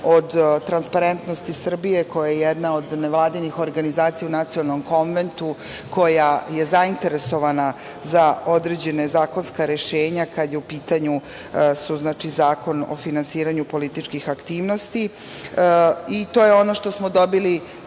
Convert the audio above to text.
od Transparentnosti Srbije koja je jedna od nevladinih organizacija u Nacionalnom konventu koja je zainteresovana za određena zakonska rešenja kada su u pitanju Zakon o finansiranju političkih aktivnosti i to je ono što smo dobili,